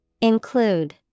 Include